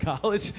college